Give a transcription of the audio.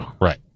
Right